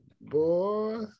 Boy